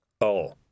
Oh